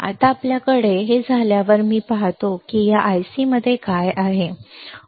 आता एकदा आपल्याकडे हे झाल्यावर मी पाहतो की या IC मध्ये काय आहे ऑपरेशन अॅम्प्लीफायरमध्ये काय आहे